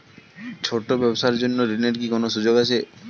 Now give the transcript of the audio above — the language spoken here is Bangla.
ছোট ব্যবসার জন্য ঋণ এর কি কোন সুযোগ আছে?